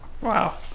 Wow